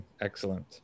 Excellent